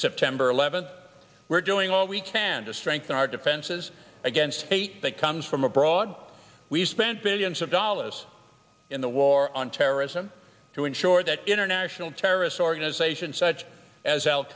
september eleventh we're doing all we can to strengthen our defenses against hate that comes from abroad we've spent billions of dollars in the war on terrorism to ensure that international terrorist organizations such as al